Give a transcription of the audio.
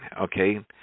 okay